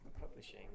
publishing